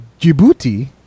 Djibouti